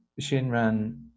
Shinran